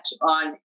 on